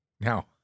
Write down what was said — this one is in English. Now